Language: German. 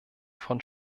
von